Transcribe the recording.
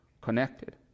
connected